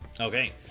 Okay